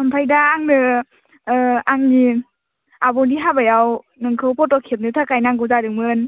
ओमफ्राय दा आंनो आंनि आब'नि हाबायाव नोंखौ फट' खेबनो थाखाय नांगौ जादोंमोन